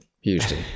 houston